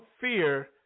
fear